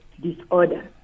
disorder